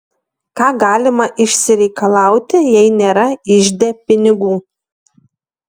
ką galima išsireikalauti jei nėra ižde pinigų